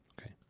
Okay